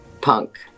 punk